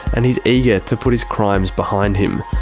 and he's eager to put his crimes behind him.